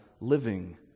living